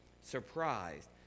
surprised